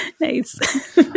Nice